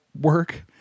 work